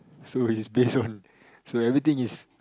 so it's based on so everything is